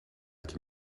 qui